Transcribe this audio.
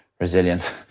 resilient